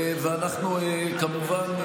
ואנחנו כמובן,